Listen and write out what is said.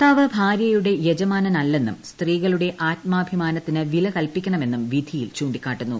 ഭർത്താവ് ഭാര്യയുടെ യജമാനനല്ലെന്നും സ്ത്രീകളുടെ ആത്മാഭിമാനത്തിന് വില കൽപിക്കണമെന്നും വിധിയിൽ ചൂണ്ടിക്കാട്ടുന്നു